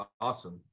awesome